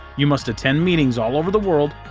you must attend meetings all over the world,